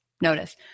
Notice